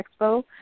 expo